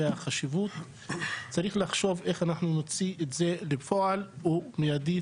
לחשוב איך אנחנו נוציא את זה לפועל מיידית,